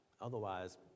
Otherwise